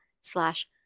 slash